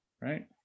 Right